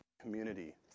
community